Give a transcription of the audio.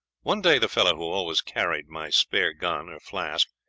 one day the fellow who always carried my spare gun or flask,